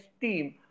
team